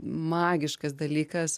magiškas dalykas